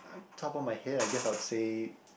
on top my head I guess I would say